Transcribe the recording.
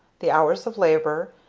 the hours of labor,